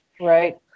Right